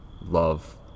love